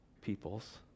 peoples